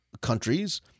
countries